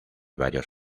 varios